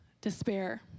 despair